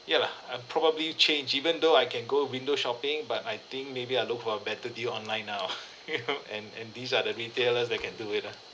ya lah I probably change even though I can go window shopping but I think maybe I'll look for a better deal online now and and these are the retailers that can do it ah